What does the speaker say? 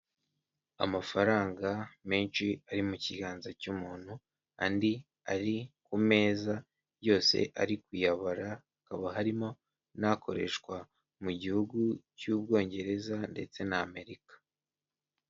Amafaranga menshi ari mu kiganza cy'umuntu andi ari ku meza yose ari kuyabara, hakaba harimo n'akoreshwa mu gihugu cy'ubwongereza ndetse na Amerika.